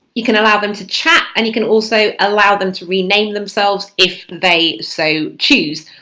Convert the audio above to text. you can allow them to chat, and you can also allow them to rename themselves if they so choose.